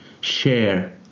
share